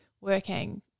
working